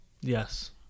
Yes